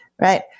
right